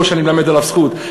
לא שאני מלמד עליו זכות,